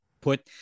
put